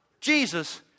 Jesus